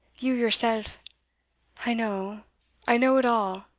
you yourself i know i know it all,